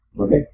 Okay